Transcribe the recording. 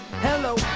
hello